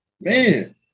man